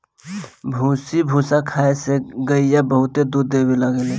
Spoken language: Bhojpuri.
भूसी भूसा खाए से गईया बहुते दूध देवे लागेले